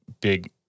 big